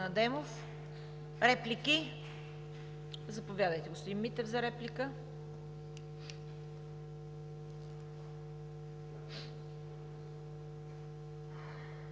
Реплики? Заповядайте, господин Митев, за реплика.